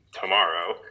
tomorrow